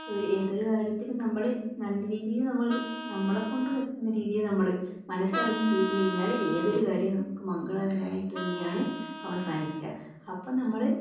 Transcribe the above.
ഒരു ഏതൊരു കാര്യത്തിനും നമ്മൾ നല്ല രീതിയിൽ നമ്മൾ നമ്മളെ കൊണ്ട് പറ്റുന്ന രീതിയിൽ നമ്മൾ മനസ്സറിഞ്ഞ് ചെയ്ത് കഴിഞ്ഞാൽ ഏതൊരു കാര്യവും നമുക്ക് മംഗളകരമായിട്ട് തന്നെയാണ് അവസാനിക്കുന്നത് അപ്പം നമ്മൾ